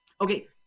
Okay